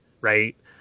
right